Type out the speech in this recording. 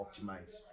optimize